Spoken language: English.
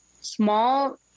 small